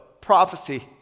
prophecy